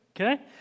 Okay